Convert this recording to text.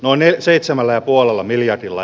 anneli seitsemällä puolella miljardilla